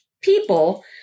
people